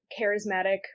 charismatic